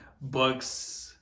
books